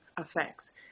effects